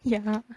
ya